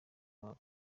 babo